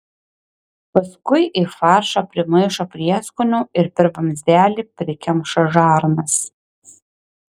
paskui į faršą primaišo prieskonių ir per vamzdelį prikemša žarnas